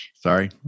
Sorry